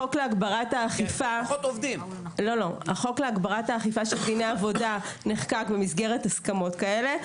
החוק להגברת האכיפה של דיני עבודה נחקק במסגרת הסכמות כאלה.